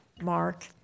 Mark